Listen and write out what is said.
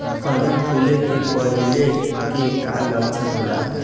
गर्दन फुले के पहिले के का लक्षण होला?